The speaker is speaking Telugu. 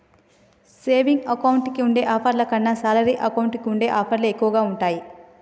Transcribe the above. సేవింగ్ అకౌంట్ కి ఉండే ఆఫర్ల కన్నా శాలరీ అకౌంట్ కి ఉండే ఆఫర్లే ఎక్కువగా ఉంటాయి